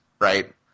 Right